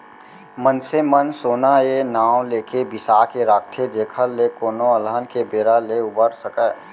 मनसे मन सोना ए नांव लेके बिसा के राखथे जेखर ले कोनो अलहन के बेरा ले उबर सकय